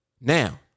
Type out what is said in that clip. Now